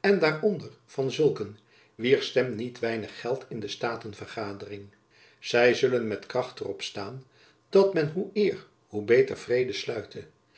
en daaronder van dezulken wier stem niet weinig geldt in de staten vergadering zy zullen met kracht er op staan dat men hoe eer hoe beter vrede sluite